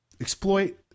exploit